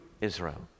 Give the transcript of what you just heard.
Israel